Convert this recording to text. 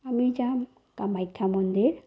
আমি যাম কামাখ্যা মন্দিৰ